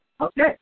Okay